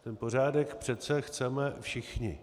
Ten pořádek přece chceme všichni.